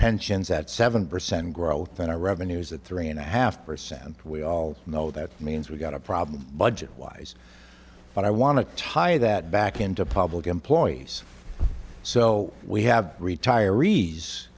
pensions at seven percent growth in our revenues at three and a half percent and we all know that means we've got a problem budget wise but i want to tie that back into public employees so we have retirees